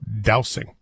dousing